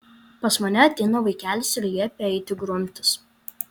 pas mane ateina vaikelis ir liepia eiti grumtis